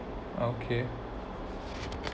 okay